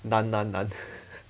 难难难